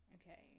Okay